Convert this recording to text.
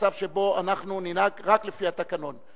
במצב שבו אנחנו ננהג רק לפי התקנון.